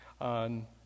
on